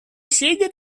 shaded